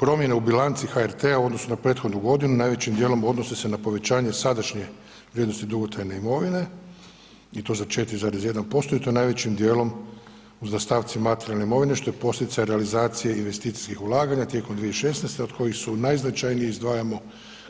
Promjene u bilanci HRT-a u odnosu na prethodnu godinu najvećim dijelom odnose se na povećanje sadašnje vrijednosti dugotrajne imovine i to za 4,1% i to najvećim dijelom u zastavci materijalne imovine, što je posljedica realizacije investicijskih ulaganja tijekom 2016. od kojih su najznačajnije izdvajamo,